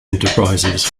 enterprises